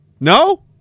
No